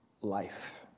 life